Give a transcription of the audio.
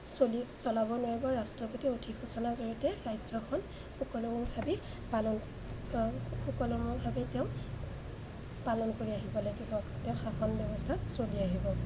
চলি চলাব নোৱাৰিব ৰাষ্ট্ৰপতি অধিসূচনাৰ জৰিয়তে ৰাজ্যখন সুকলমভাৱে পালন সুকলমভাৱে তেওঁ পালন কৰি আহিব লাগিব তেওঁ শাসন ব্যৱস্থা চলি আহিব